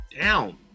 down